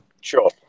Sure